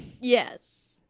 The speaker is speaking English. Yes